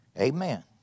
Amen